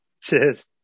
Cheers